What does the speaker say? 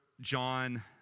John